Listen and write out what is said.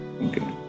Okay